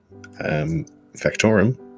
Factorum